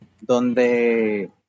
donde